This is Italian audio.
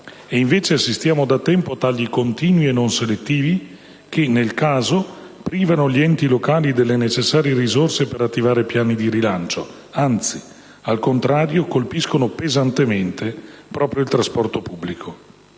e invece assistiamo da tempo a tagli continui e non selettivi, che - nel caso - privano gli enti locali delle necessarie risorse per attivare piani di rilancio, anzi, al contrario, colpiscono pesantemente proprio il trasporto pubblico.